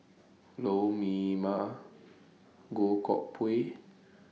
Lou Mee Wah Goh Koh Pui